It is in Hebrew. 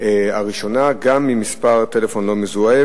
הראשונה: גם אם מספר הטלפון לא מזוהה.